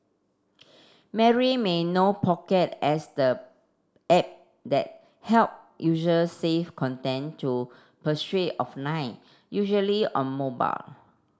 Mary may know Pocket as the app that help user save content to offline usually on mobile